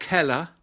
Keller